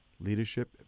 Leadership